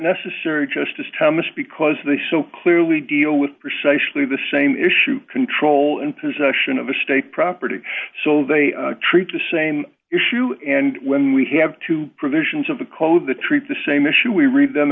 necessary justice thomas because they so clearly deal with precisely the same issue control and possession of a state property so they treat the same issue and when we have two provisions of the code to treat the same issue we read them